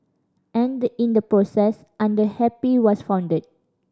and in the process Under Happy was founded